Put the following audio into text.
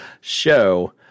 show